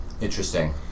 Interesting